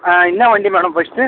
ஆ என்ன வண்டி madam first